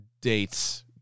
dates